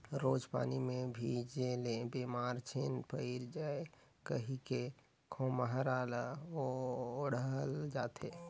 रोज पानी मे भीजे ले बेमार झिन पइर जाए कहिके खोम्हरा ल ओढ़ल जाथे